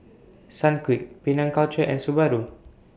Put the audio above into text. Sunquick Penang Culture and Subaru